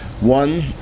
One